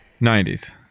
90s